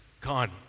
God